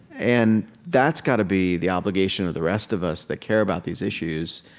and that's got to be the obligation of the rest of us that care about these issues,